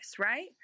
right